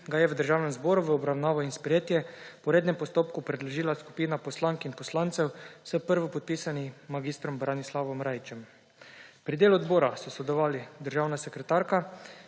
ga je v Državni zbor v obravnavo in sprejetje po rednem postopku predložila skupina poslank in poslancev s prvopodpisanim mag. Branislavom Rajićem. Pri delu odbora so sodelovali državna sekretarka,